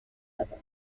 other